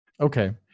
Okay